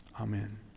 Amen